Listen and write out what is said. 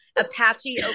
Apache